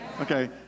Okay